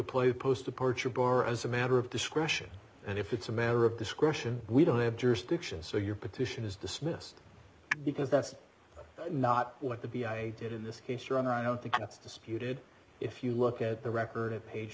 play post departure bar as a matter of discretion and if it's a matter of discretion we don't have jurisdiction so your petition is dismissed because that's not what the b i did in this case your honor i don't think that's disputed if you look at the record of page